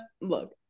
look